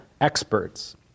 experts